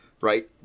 right